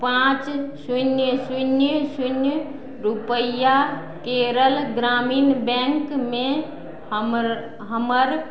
पाँच शून्य शून्य शून्य रुपैआ केरल ग्रामीण बैंकमे हमर हमर